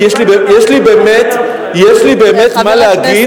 כי יש לי באמת מה להגיד,